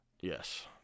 Yes